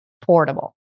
portable